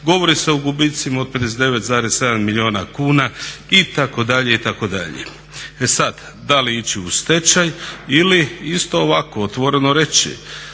Govori se o gubicima od 59,7 milijuna kuna itd., itd.. E sada da li ići u stečaj ili isto ovako otvoreno reći